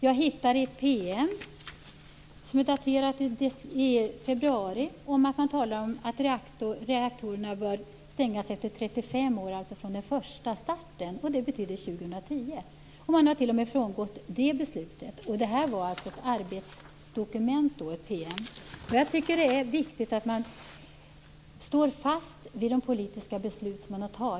Jag hittar ett PM från februari där man talar om att reaktorerna bör stängas efter 35 år från den första starten. Det betyder 2010. Man har t.o.m. frångått det. Detta PM var ett arbetsdokument. Det är viktigt att man står fast vid de politiska beslut som man fattat.